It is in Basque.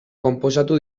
konposatu